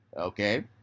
Okay